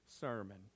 sermon